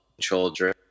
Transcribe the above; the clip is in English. children